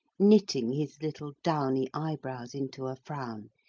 knitting his little downy eyebrows into a frown.